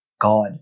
God